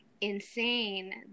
insane